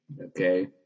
Okay